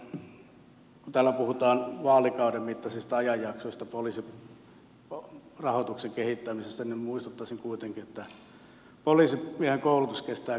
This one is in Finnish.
kun täällä puhutaan vaalikauden mittaisista ajanjaksoista poliisin rahoituksen kehittämisessä muistuttaisin kuitenkin että poliisimiehen koulutus kestää kolmisen vuotta